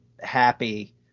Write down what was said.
happy